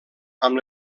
amb